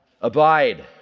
Abide